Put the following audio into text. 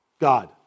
God